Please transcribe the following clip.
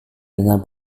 dengan